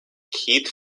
keith